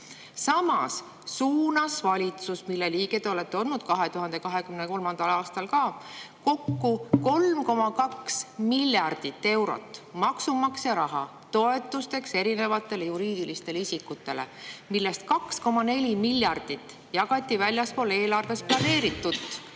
Samas suunas valitsus, mille liige te olete olnud 2023. aastal ka, kokku 3,2 miljardit eurot maksumaksja raha toetusteks eri juriidilistele isikutele, millest 2,4 miljardit eurot jagati väljaspool eelarves planeeritut